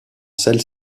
celle